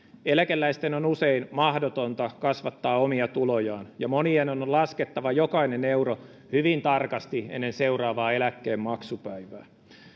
eläkeläisten on usein mahdotonta kasvattaa omia tulojaan ja monien on laskettava jokainen euro hyvin tarkasti ennen seuraavaa eläkkeenmaksupäivää